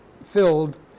filled